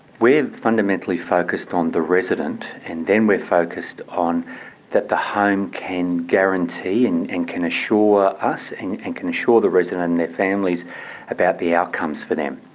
we're fundamentally focused on the resident and then we're focused on that the home can guarantee and and can assure us and and can assure the resident and their families about the outcomes for them.